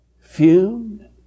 fumed